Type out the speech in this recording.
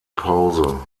pause